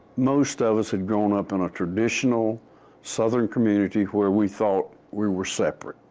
most of us had grown up on a traditional southern community where we thought we were separate.